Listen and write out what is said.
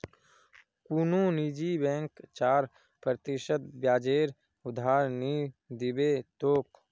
कुनु निजी बैंक चार प्रतिशत ब्याजेर उधार नि दीबे तोक